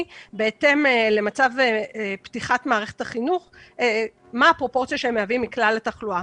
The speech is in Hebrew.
בהתאם למצב פתיחת מערכת החינוך ומה הפרופורציה שהם מהווים מכלל התחלואה.